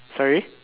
sorry